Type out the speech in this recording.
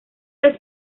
vez